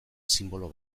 sinbolo